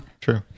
True